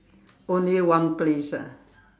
only one place ah